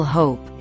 hope